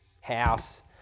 house